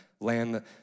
land